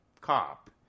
cop